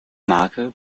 marke